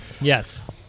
Yes